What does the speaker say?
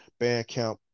Bandcamp